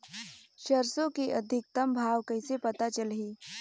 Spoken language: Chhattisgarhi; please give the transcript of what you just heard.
सरसो के अधिकतम भाव कइसे पता चलही?